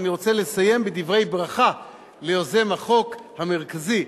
אני רוצה לסיים בדברי ברכה ליוזם החוק המרכזי,